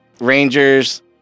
Rangers